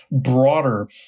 broader